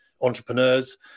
entrepreneurs